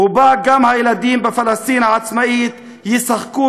ובה גם הילדים בפלסטין העצמאית ישחקו